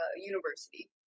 University